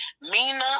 Mina